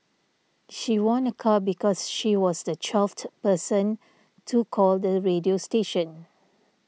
she won a car because she was the twelfth person to call the radio station